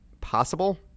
possible